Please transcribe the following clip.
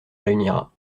réunira